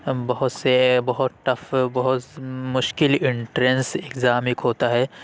بہت سے بہت ٹف بہت مشکل انٹرینس ایگزام ایک ہوتا ہے